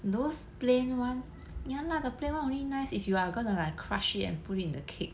those plain one ya lah the plain one only nice if you are going to like crush it and put it in the cake